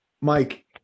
Mike